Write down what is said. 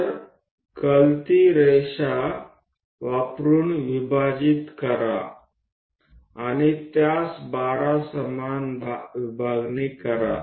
तर कलती रेषा विभाजित करा आणि त्यास 12 समान विभागणी करा